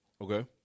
okay